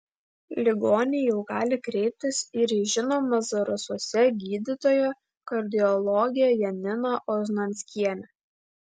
ligoniai jau gali kreiptis ir į žinomą zarasuose gydytoją kardiologę janina oznanskienę